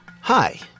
Hi